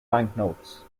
banknotes